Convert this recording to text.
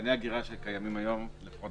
מתקני האגירה שקיימים מוגבלים